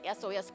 SOS